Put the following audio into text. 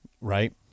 Right